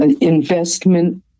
investment